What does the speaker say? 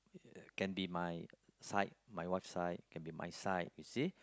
ya can be my side my wife side can be my side you see